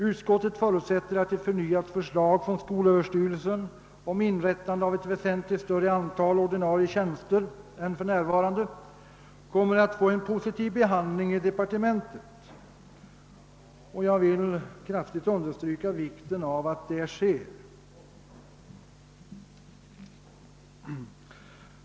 Utskottet förutsätter att ett förnyat förslag från skolöverstyrelsen om inrättande av ett väsentligt större antal ordinarie tjänster än som finns för närvarande kommer att få en positiv behandling i departementet, och jag vill kraftigt understryka vikten av att så sker.